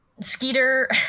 Skeeter